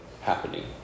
happening